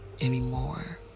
anymore